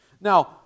Now